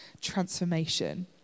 transformation